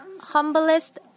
humblest